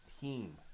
team